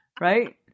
Right